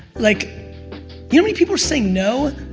like you know many people saying no,